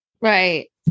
Right